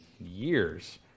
years